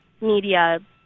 media